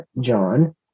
John